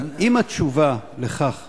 אם התשובה על כך